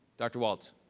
dr. walts.